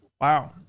Wow